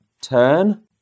turn